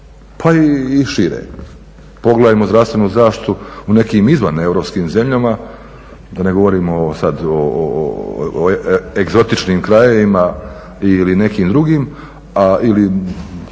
pa i šire. Pogledajmo zdravstvenu zaštitu u nekim izvaneuropskim zemljama, da ne govorimo sad o egzotičnim krajevima ili nekim drugim ili